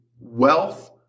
wealth